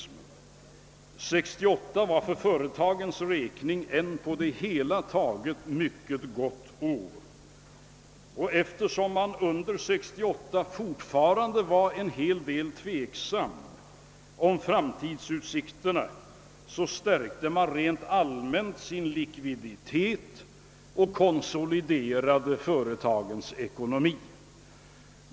1968 var för företagen ett på det hela taget mycket gott år, och eftersom man under år 1968 fortfarande var ganska tveksam om framtidsutsikterna, stärkte man rent allmänt likviditeten och konsoliderade företagens ekonomi.